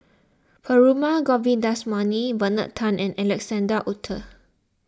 Perumal Govindaswamy Bernard Tan and Alexander Wolters